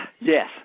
yes